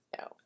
No